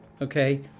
Okay